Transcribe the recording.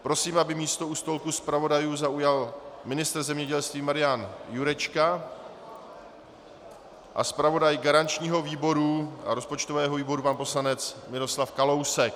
Prosím, aby místo u stolku zpravodajů zaujal ministr zemědělství Marian Jurečka a zpravodaj garančního výboru a rozpočtového výboru pan poslanec Miroslav Kalousek.